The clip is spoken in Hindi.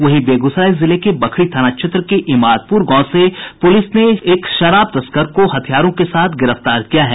वहीं बेगूसराय जिले के बखरी थाना क्षेत्र के इमादपुर गांव से पुलिस ने एक शराब तस्कर को हथियारों के साथ गिरफ्तार किया है